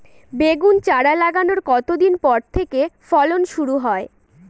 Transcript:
বেগুন চারা লাগানোর কতদিন পর থেকে ফলন শুরু হয়?